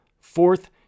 Fourth